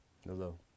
Hello